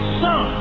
son